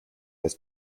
his